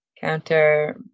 counter